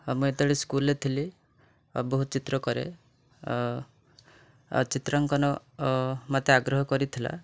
ଆଉ ମୁଁ ଯେତେବେଳେ ସ୍କୁଲ୍ରେ ଥିଲି ଆଉ ବହୁତ ଚିତ୍ର କରେ ଚିତ୍ରାଙ୍କନ ମୋତେ ଆଗ୍ରହ କରିଥିଲା